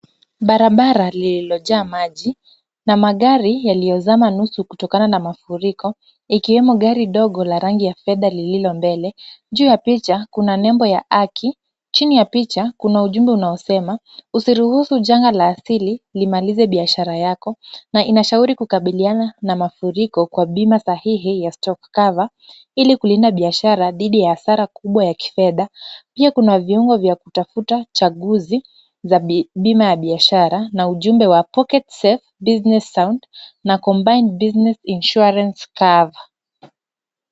Barabara lililojaa maji na magari yaliyozama nusu kutokana na mafuriko, ikiwemo gari ndogo la rangi ya fedha lililombele. Juu ya picha, kuna nembo ya Aki. Chini ya picha, kuna ujumbe unaosema, "Usiruhusu janga la asili limalize biashara yako" na inashauri kukabiliana na mafuriko kwa bima sahihi ya Stock Cover ili kulinda biashara dhidi ya hasara kubwa ya kifedha. Pia kuna viungo vya kutafuta chaguzi za bima ya biashara na ujumbe wa "Pocket safe, business sound" na "combined business insurance cover" .